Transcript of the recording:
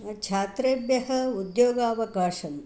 छात्रेभ्यः उद्योगावकाशम्